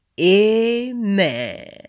amen